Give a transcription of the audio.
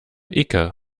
icke